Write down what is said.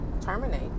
terminate